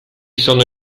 sono